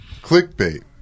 Clickbait